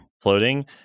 floating